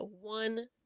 one